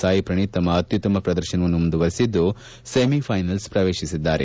ಸಾಯಿ ಶ್ರಣೀತ್ ತಮ್ಮ ಅತ್ಯುತ್ತಮ ಶ್ರದರ್ಶನವನ್ನು ಮುಂದುವರಿಸಿದ್ದು ಸೆಮಿಫೈನಲ್ಸ್ ಪ್ರವೇಶಿಸಿದ್ದಾರೆ